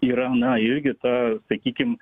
yra na irgi ta sakykim